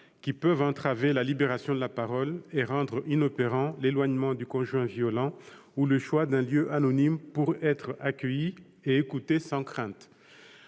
qui peuvent entraver la libération de la parole et rendre inopérant l'éloignement du conjoint violent ou le choix d'un lieu anonyme pour être accueilli et écouté sans crainte.